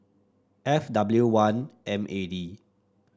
F W one M A D